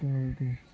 okay